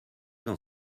dans